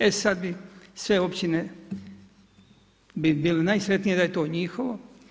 E sad bi sve općine bi bile najsretnije da je to njihovo.